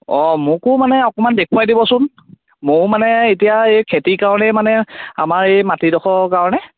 অ মোকো মানে অকণমান দেখুৱাই দিবচোন মইও মানে এতিয়া এই খেতিৰ কাৰণেই মানে আমাৰ এই মাটিডোখৰৰ কাৰণে